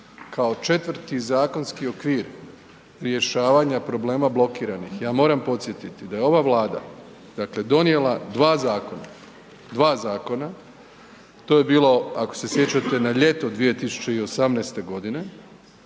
kao četvrti zakonski okvir rješavanja problema blokiranih, ja moram podsjetiti da je ova Vlada dakle donijela 2 zakona, 2 zakona, to je bilo ako se sjećate na ljeto 2018.g.